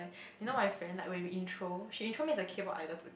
you know my friend like when we intro she intro me as a K-pop idol to